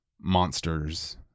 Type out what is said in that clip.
monsters